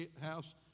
house